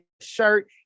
shirt